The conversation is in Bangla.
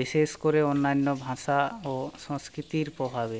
বিশেষ করে অন্যান্য ভাষা ও সংস্কৃতির প্রভাবে